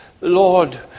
Lord